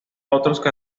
otros